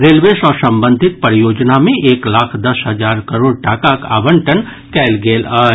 railway सॅ संबंधित परियोजना मे एक लाख दस हजार करोड़ टाकाक आवंटन कयल गेल अछि